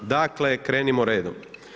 Dakle, krenimo redom.